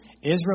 Israel